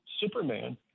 Superman